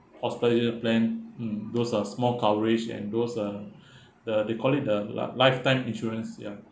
australia plan mm those are small coverage and those are the they call it uh li~ lifetime insurance ya